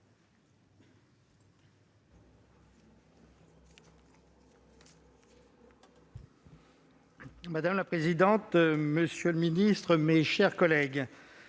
Madame la présidente, monsieur le ministre, mes chers collègues,